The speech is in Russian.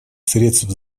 средств